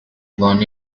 born